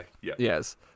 yes